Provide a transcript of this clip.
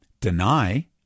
deny